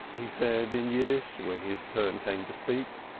he said in yiddish, when his turn came to speak.